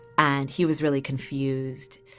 and he was really confused.